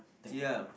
ya